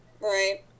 Right